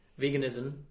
Veganism